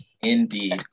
Indeed